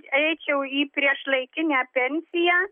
eičiau į priešlaikinę pensiją